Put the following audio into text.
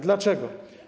Dlaczego?